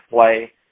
play